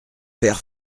père